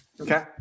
Okay